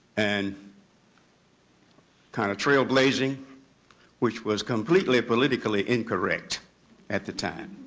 and kind of trail-blazing which was completely politically incorrect at the time.